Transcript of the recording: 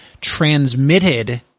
transmitted